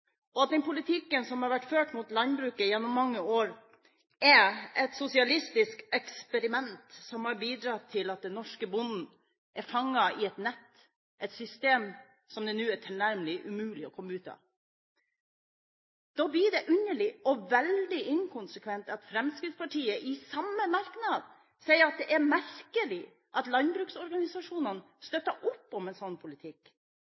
og at den politikken som har vært ført mot landbruket gjennom mange år, er et sosialistisk eksperiment som har bidratt til at den norske bonden er fanget i et nett, et system som det nå er tilnærmet umulig å komme ut av. Da blir det underlig og veldig inkonsekvent at Fremskrittspartiet i samme merknad sier at det er merkelig at landbruksorganisasjonene støtter opp om en slik politikk.